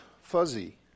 fuzzy